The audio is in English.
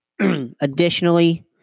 Additionally